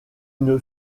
une